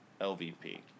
LVP